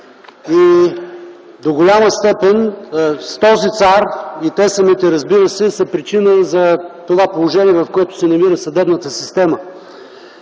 и до голяма степен с този цар и те самите, разбира се, са причина за това положение, в което се намира съдебната система.